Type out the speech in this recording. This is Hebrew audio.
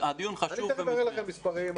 אני תיכף אראה לכם מספרים.